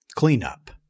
Cleanup